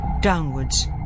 downwards